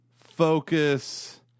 Focus